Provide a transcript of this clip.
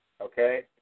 okay